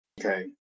Okay